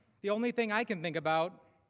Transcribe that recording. the only thing i can think about,